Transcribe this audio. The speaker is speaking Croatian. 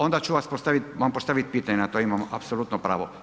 Onda ću vam postaviti pitanje, na to imam apsolutno pravo.